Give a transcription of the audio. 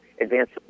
advanced